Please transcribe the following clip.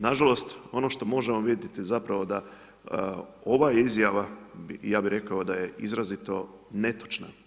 Nažalost, ono što možemo vidjeti, je zapravo, da ova izjava, ja bi rekao da je izrazito netočna.